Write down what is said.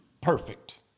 Perfect